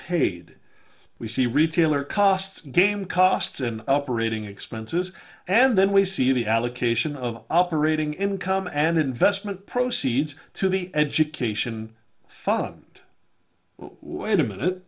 paid we see retailer cost game costs and operating expenses and then we see the allocation of operating income and investment proceeds to the education fund wait a minute